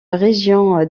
région